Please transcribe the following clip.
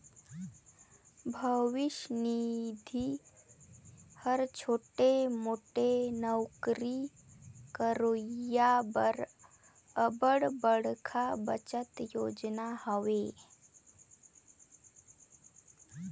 भविस निधि हर छोटे मोटे नउकरी करोइया बर अब्बड़ बड़खा बचत योजना हवे